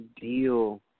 deal